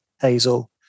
Hazel